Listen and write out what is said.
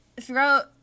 throughout